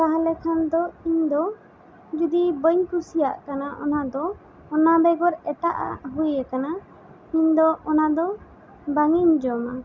ᱛᱟᱦᱞᱮ ᱠᱷᱟᱱ ᱫᱚ ᱤᱧ ᱫᱚ ᱡᱩᱫᱤ ᱵᱟᱹᱧ ᱠᱩᱥᱤᱭᱟᱜ ᱠᱟᱱᱟ ᱚᱱᱟ ᱫᱚ ᱚᱱᱟ ᱵᱮᱜᱚᱨ ᱮᱴᱟᱜ ᱟᱜ ᱦᱩᱭ ᱟᱠᱟᱱᱟ ᱤᱧ ᱫᱚ ᱚᱱᱟ ᱫᱚ ᱵᱟᱝ ᱤᱧ ᱡᱚᱢᱟ